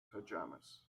pajamas